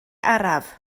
araf